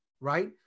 right